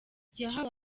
yahawe